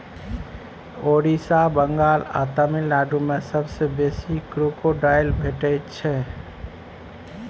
ओड़िसा, बंगाल आ तमिलनाडु मे सबसँ बेसी क्रोकोडायल भेटै छै